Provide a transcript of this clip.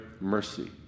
mercy